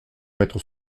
mettre